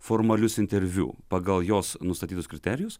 formalius interviu pagal jos nustatytus kriterijus